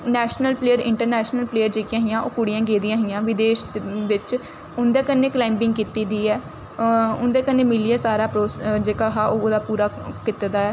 national player international player जेह्कियां हियां ओह् कुड़ियां गेदियां हियां विदेश दे बिच्च उं'दे कन्नै क्लाइंबिंग कीती दी ऐ उं'दै कन्नै मिलियै सारा प्रोसै जेह्का हा ओह् ओह्दा पूरा कीते दा ऐ